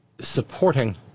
supporting